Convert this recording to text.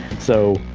so,